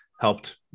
helped